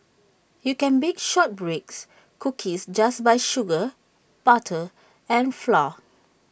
you can bake short breaks cookies just by sugar butter and flour